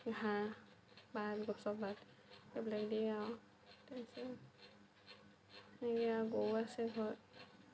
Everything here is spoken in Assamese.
ঘাঁহ পাত গছৰ পাত এইবিলাক দিওঁ আৰু তাৰপিছত সেয়া গৰু আছে ঘৰত